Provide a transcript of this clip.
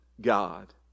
God